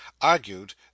argued